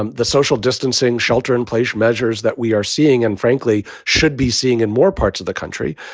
um the social distancing shelter in place, measures that we are seeing and frankly should be seeing in more parts of the country.